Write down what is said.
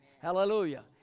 Hallelujah